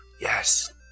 Yes